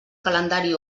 calendari